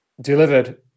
delivered